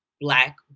Black